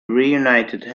reunited